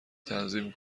تنظیم